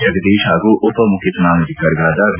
ಜಗದೀಶ ಹಾಗೂ ಉಪ ಮುಖ್ಯ ಚುನಾವಣಾಧಿಕಾರಿಗಳಾದ ವಿ